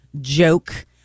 joke